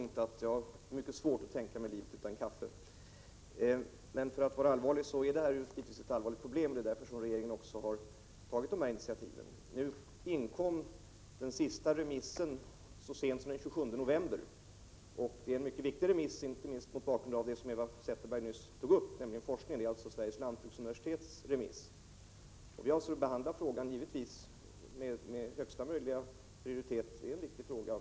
Herr talman! Jag delar helt Eva Zetterbergs synpunkt om att det är mycket svårt att tänka sig livet utan kaffe. Men för att vara allvarlig så är detta givetvis ett allvarligt problem. Det är därför regeringen har tagit dessa initiativ. Den sista remissen inkom så sent som den 27 november. Det är en mycket viktig remiss, inte minst mot bakgrund av det som Eva Zetterberg nyss tog upp, nämligen forskningen. Jag syftar på Sveriges lantbruksuniversitets remiss. Vi avser givetvis att ge frågan största möjliga prioritet. Det är en viktig fråga.